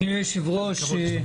אדוני היושב-ראש,